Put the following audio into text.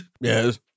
Yes